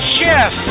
Chef